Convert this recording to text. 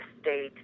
state